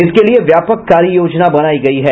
इसके लिए व्यापक कार्ययोजना बनायी गयी है